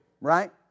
right